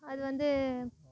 அது வந்து